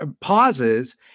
pauses